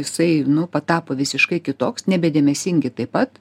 jisai nu patapo visiškai kitoks nebedėmesingi taip pat